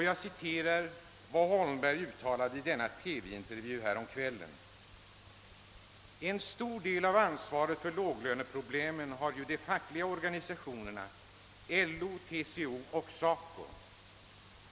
Jag citerar vad han uttalade i denna TV-intervju häromkvällen: »En stor del av ansvaret för låglöneproblemen har ju de fackliga organisationerna, LO, TCO och SACO.